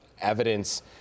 evidence